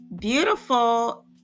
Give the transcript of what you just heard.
Beautiful